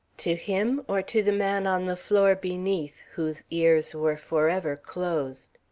to him or to the man on the floor beneath, whose ears were forever closed?